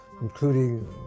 including